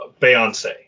Beyonce